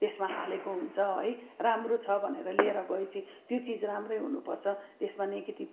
त्यसमा हालेको हुन्छ है राम्रो छ भनेर लिएर गएपछि त्यो चिज राम्रै हुनुपर्छ त्यसमा नेगेटिभ